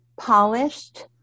polished